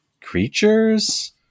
creatures